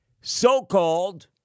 So-called